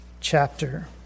chapter